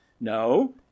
no